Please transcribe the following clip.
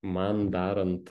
man darant